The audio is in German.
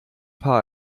paar